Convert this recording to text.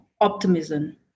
optimism